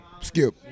Skip